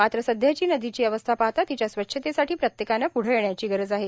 मात्र सद्याची नदीची अवस्था पाहता तिच्या स्वच्छतेसाठी प्रत्येकाने पुढे येण्याची गरज आहे